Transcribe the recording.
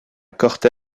cortés